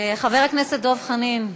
חבר הכנסת דב חנין.